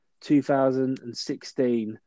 2016